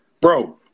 Bro